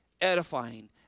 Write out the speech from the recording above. edifying